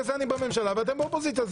לכן אני בממשלה ואתם באופוזיציה.